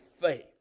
faith